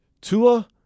Tua